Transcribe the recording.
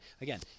again